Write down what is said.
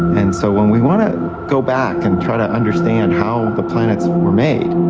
and so when we want to go back and try to understand how the planets were made,